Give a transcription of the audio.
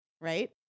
right